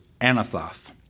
Anathoth